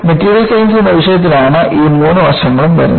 material science എന്ന വിഷയത്തിലാണ് ഈ മൂന്ന് വശങ്ങളും വരുന്നത്